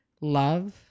love